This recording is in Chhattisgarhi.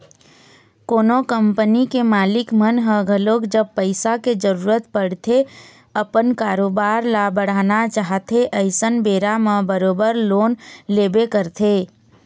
कोनो कंपनी के मालिक मन ह घलोक जब पइसा के जरुरत पड़थे अपन कारोबार ल बढ़ाना चाहथे अइसन बेरा म बरोबर लोन लेबे करथे